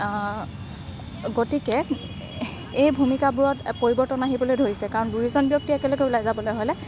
গতিকে এই ভূমিকাবোৰত পৰিৱৰ্তন আহিবলে ধৰিছে কাৰণ দুই এজন ব্যক্তিয়ে একেলগে ওলাই যাবলে হ'লে